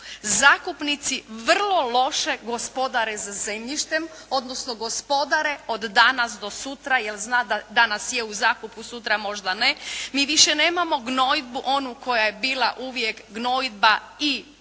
Zakupnici vrlo loše gospodare sa zemljištem, odnosno gospodare od danas do sutra jer zna, danas je u zakupu, sutra možda ne. Mi više nemamo gnojidbu onu koja je bila uvijek gnojidba i za